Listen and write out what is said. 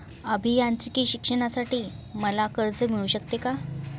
अभियांत्रिकी शिक्षणासाठी मला कर्ज मिळू शकते का?